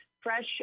fresh